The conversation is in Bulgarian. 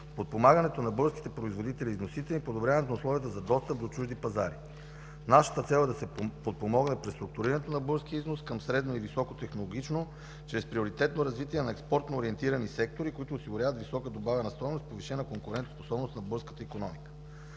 подпомагането на българските производители и износители и подобряването на условията за достъп до чужди пазари. Нашата цел е да се подпомогне преструктурирането на българския износ към средно и високотехнологично чрез приоритетно развитие на експортно ориентирани сектори, които осигуряват висока добавена стойност, повишена конкурентоспособност на българската икономика.